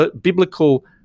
biblical